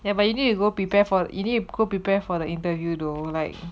ya but you need to go prepare for it you need prepare for the interview though like